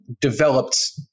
developed